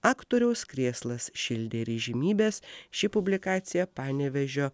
aktoriaus krėslas šildė ir įžymybes ši publikacija panevėžio